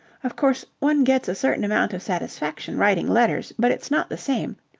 of course, one get's a certain amount of satisfaction writing letters, but it's not the same.